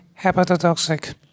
hepatotoxic